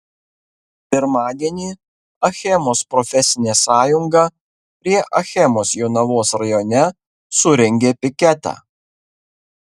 pirmadienį achemos profesinė sąjunga prie achemos jonavos rajone surengė piketą